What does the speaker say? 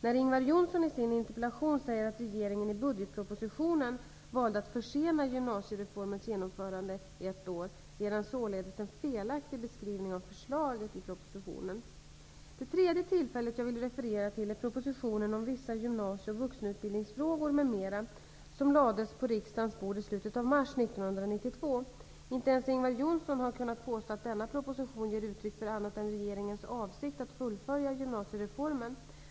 När Ingvar Johnsson i sin interpellation säger att regeringen i budgetpropositionen valde att försena gymnasiereformens genomförande ett år ger han således en felaktig beskrivning av förslaget i budgetpropositionen. Det tredje tillfället jag vill referera till är propositionen om vissa gymnasie och vuxenutbildningsfrågor m.m., som lades på riksdagens bord i slutet av mars 1992. Inte ens Ingvar Johnsson har kunnat påstå att denna proposition ger uttryck för annat än regeringens avsikt att fullfölja gymnasiereformen.